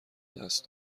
دست